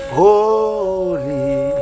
holy